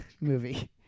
movie